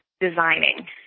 designing